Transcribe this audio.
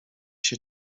się